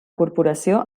corporació